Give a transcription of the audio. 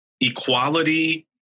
equality